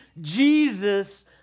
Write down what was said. Jesus